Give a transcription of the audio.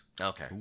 Okay